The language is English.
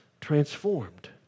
transformed